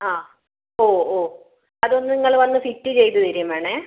ആ ഓ ഓ അതൊന്നു നിങ്ങൾ വന്നു ഫിറ്റ് ചെയ്തുതരുവേം വേണം